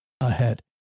ahead